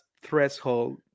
threshold